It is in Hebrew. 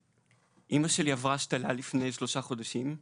אמא שלי עברה השתלה לפני שלושה חודשים.